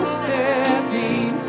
stepping